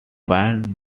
find